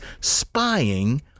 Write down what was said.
spying